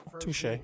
Touche